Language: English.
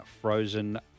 Frozen